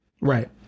Right